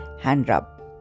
hand-rub